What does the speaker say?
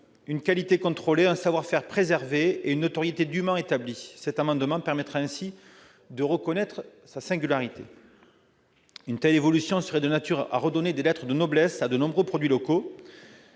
une qualité contrôlée, un savoir-faire préservé et une notoriété dûment établie. Cet amendement permettra ainsi de reconnaître cette singularité. Une telle évolution sera de nature à redonner leurs lettres de noblesse à de nombreux produits locaux.